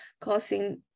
causing